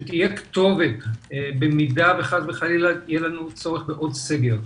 שתהיה כתובת במידה וחס וחלילה יהיה לנו צורך בעוד סגר,